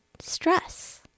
stress